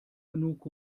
genug